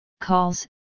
calls